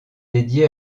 dédiée